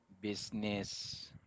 business